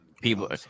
people